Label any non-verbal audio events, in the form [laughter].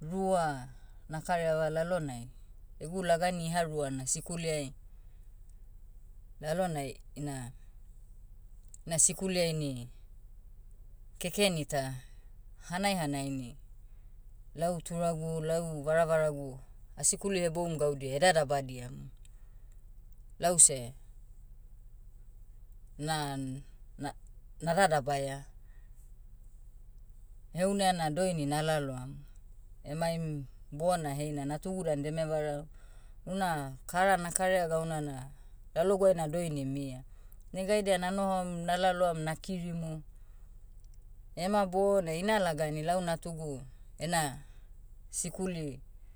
rua, na karaiava lalonai, egu lagani iha ruana sikuliai, lalonai ina, ina sikuliai ini, kekeni tah. Hanai hanai ini, lau turagu lau varavaragu, asikuli heboum gaudia [hesitation] dadabadiamu. Lause, nan- na- na dadabaia. Heunaia na doini na laloam. Emaim, bona heina natugu dan deme vara, una kara na karaia gauna na, laloguai na doini mia. Negaidia nanohom nalaloam nakirimu. Ema bona ina lagani lau natugu, ena, sikuli,